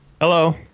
Hello